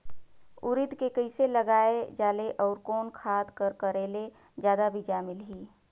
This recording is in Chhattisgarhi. उरीद के कइसे लगाय जाले अउ कोन खाद कर करेले जादा बीजा मिलही?